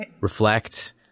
Reflect